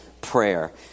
prayer